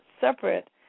separate